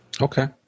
Okay